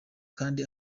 kandi